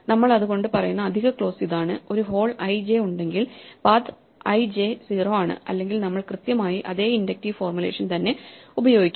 നമ്മൾ അതുകൊണ്ട് പറയുന്ന അധിക ക്ലോസ് ഇതാണ് ഒരു ഹോൾ I J ഉണ്ടെങ്കിൽ pathsI J 0 ആണ് അല്ലെങ്കിൽ നമ്മൾ കൃത്യമായി അതേ ഇൻഡക്റ്റീവ് ഫോർമുലേഷൻതന്നെ ഉപയോഗിക്കും